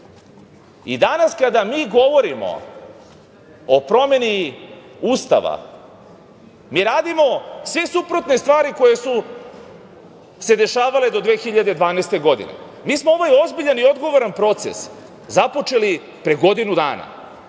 DS.Danas kada mi govorimo o promeni Ustava, mi radimo sve suprotne stvari koje su se dešavale do 2012. godine. Mi smo ovaj ozbiljan i odgovoran proces započeli pre godinu dana,